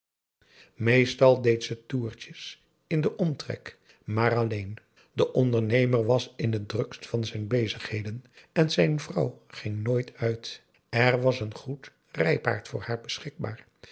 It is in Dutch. deed ze toertjes in den omtrek maar alleen de ondernemer was in het drukst van zijn bezigheden en zijn vrouw ging nooit uit er was een goed rijpaard voor haar beschikbaar